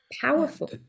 powerful